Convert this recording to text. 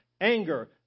anger